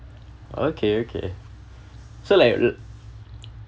okay okay so like l~